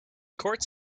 courts